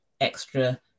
extra